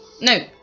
No